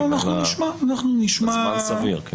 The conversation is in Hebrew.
אלא בזמן סביר.